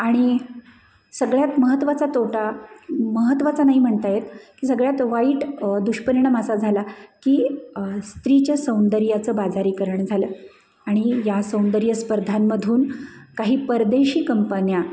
आणि सगळ्यात महत्त्वाचा तोटा महत्त्वाचा नाही म्हणता येत की सगळ्यात वाईट दुष्परिणाम असा झाला की स्त्रीच्या सौंदर्याचं बाजारीकरण झालं आणि या सौंदर्य स्पर्धांमधून काही परदेशी कंपन्या